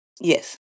Yes